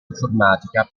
informatica